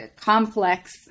complex